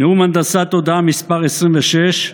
נאום הנדסת תודעה מס' 26,